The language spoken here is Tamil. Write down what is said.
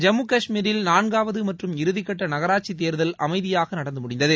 ஜம்மு கஷ்மீரில் நான்காவது மற்றும் இறுதிக்கட்ட நகராட்சி தேர்தல் அமைதியாக நடந்து முடிந்தது